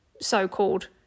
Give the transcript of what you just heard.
so-called